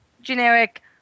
generic